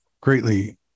greatly